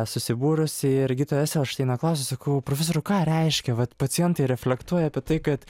susibūrusi ir gydytojo eselšteino klausiu sakau profesoriau ką reiškia vat pacientai reflektuoja apie tai kad